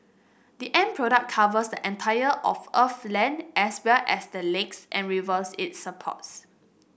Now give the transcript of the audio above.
the end product covers the entire of Earth's land as well as the lakes and rivers it supports